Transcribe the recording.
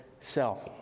self